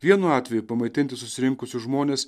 vienu atveju pamaitinti susirinkusius žmones